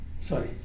sorry